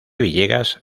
villegas